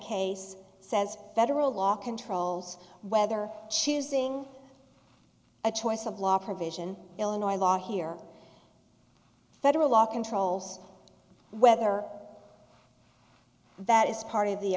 case says federal law controls whether choosing a choice of law provision illinois law here federal law controls whether that is part of the